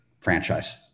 franchise